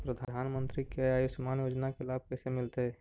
प्रधानमंत्री के आयुषमान योजना के लाभ कैसे मिलतै?